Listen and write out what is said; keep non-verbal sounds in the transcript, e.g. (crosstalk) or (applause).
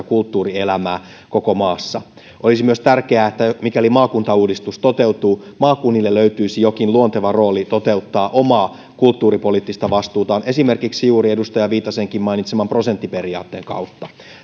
(unintelligible) kulttuurielämää koko maassa olisi myös tärkeää että mikäli maakuntauudistus toteutuu maakunnille löytyisi jokin luonteva rooli toteuttaa omaa kulttuuripoliittista vastuutaan esimerkiksi juuri edustaja viitasenkin mainitseman prosenttiperiaatteen kautta